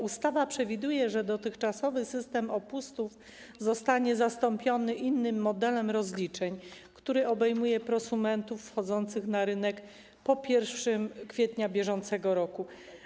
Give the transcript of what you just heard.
Ustawa przewiduje, że dotychczasowy system opustów zostanie zastąpiony innym modelem rozliczeń, który obejmuje prosumentów wchodzących na rynek po 1 kwietnia br.